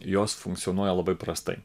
jos funkcionuoja labai prastai